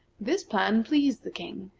this plan pleased the king.